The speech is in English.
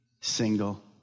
single